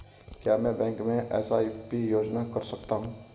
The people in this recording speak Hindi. क्या मैं बैंक में एस.आई.पी योजना कर सकता हूँ?